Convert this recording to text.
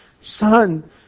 Son